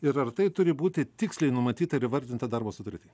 ir ar tai turi būti tiksliai numatyta ir įvardinta darbo sutarty